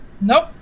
Nope